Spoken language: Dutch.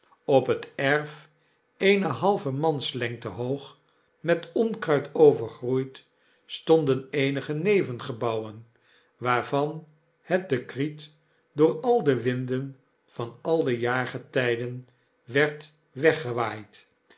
op het erf eene halve manslengte hoog met onkruid overgroeid stonden eenige nevengebouwen waarvan het dekriet door al de winden van al de jaargetyden werd weggewaaid